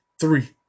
three